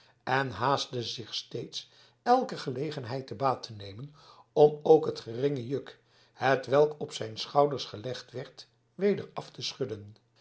en haastte zich steeds elke gelegenheid te baat te nemen om ook het geringe juk hetwelk op zijn schouders gelegd werd weder af te schudden